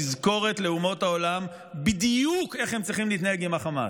תזכורת לאומות העולם בדיוק איך הם צריכים להתנהג עם החמאס,